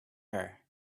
her